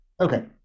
Okay